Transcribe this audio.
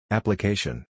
Application